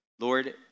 Lord